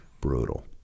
Brutal